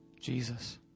Jesus